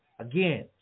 Again